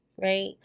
right